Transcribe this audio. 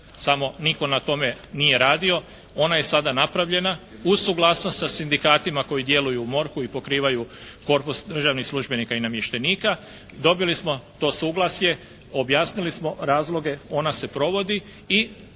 samo nitko na tome nije radio, ona je sada napravljena uz suglasnost sa sindikatima koji djeluju u MORH-u i pokrivaju korpus državnih službenika i namještenika dobili smo to suglasje, objasnili smo razloge, ona se provodi i